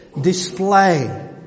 display